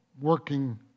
working